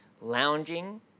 lounging